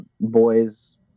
boys